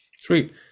Sweet